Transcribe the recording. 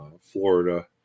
florida